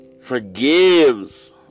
Forgives